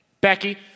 Becky